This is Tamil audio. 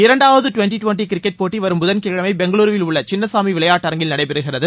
இரண்டாவது டுவன்டி டுவன்டி கிரிக்கெட் போட்டி வரும் புதன்கிழமை பெங்களுருவில் உள்ள சின்னசாமி விளையாட்டரங்கில் நடைபெறுகிறது